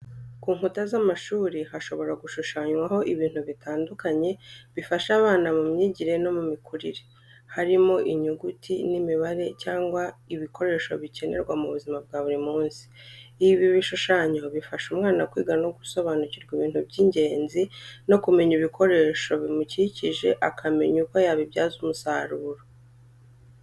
Ku nkuta z'amashuri hashobora gushushanywaho ibintu bitandukanye bifasha abana mu myigire no mu mikurire. Harimo, Inyuguti n'imibare cyangwa ibikoresho bikenerwa mu buzima bwa buri munsi. Ibi bishushanyo bifasha umwana kwiga no gusobanukirwa ibintu by'ingenzi no kumenya ibikoresho bimukikije akamenya uko yabibyaza umusaruro.